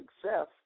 success